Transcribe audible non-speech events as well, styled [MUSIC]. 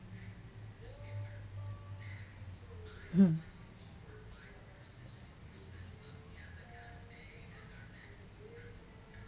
[LAUGHS]